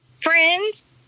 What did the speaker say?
friends